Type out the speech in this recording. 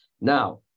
Now